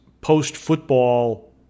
post-football